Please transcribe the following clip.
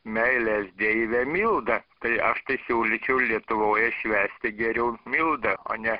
meilės deivę mildą tai aš tai siūlyčiau lietuvoje švęsti geriau mildą o ne